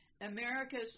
America's